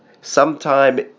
sometime